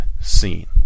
seen